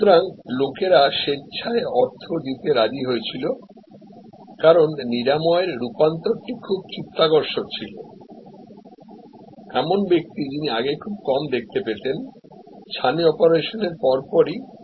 সুতরাং লোকেরা স্বেচ্ছায় অর্থ দিতে রাজি হয়েছিল কারণ নিরাময়ের রূপান্তরটি খুব চিত্তাকর্ষক ছিল এমন ব্যক্তি যিনি আগে খুব কম দেখতে পেতেন ছানি অপারেশনের পরপরই দেখতে পেতেন